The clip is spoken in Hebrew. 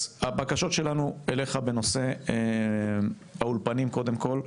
אז הבקשות שלנו אליך בנושא האולפנים קודם כל.